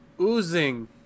oozing